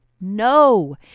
No